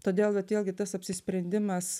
todėl vat vėlgi tas apsisprendimas